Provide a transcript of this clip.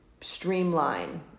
streamline